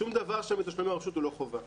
שום דבר מתשלומי הרשות הוא לא חובה.